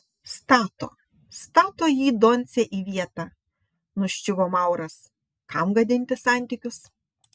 stato stato jį doncė į vietą nuščiuvo mauras kam gadinti santykius